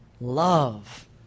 love